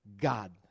God